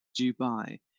Dubai